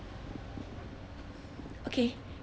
okay